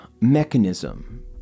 mechanism